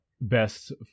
best